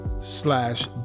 slash